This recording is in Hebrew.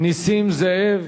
נסים זאב.